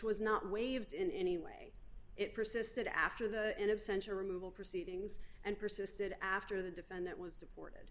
was not waived in any way it persisted after the end of censure removal proceedings and persisted after the defendant was deported